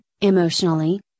emotionally